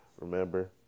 Remember